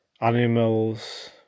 animals